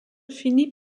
finit